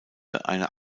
einer